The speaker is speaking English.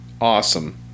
awesome